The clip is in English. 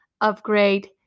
upgrade